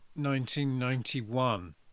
1991